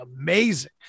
amazing